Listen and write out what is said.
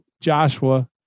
Joshua